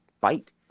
fight